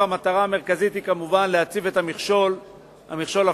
המטרה המרכזית היא כמובן להציב את המכשול הפיזי